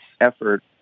effort